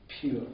pure